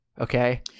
okay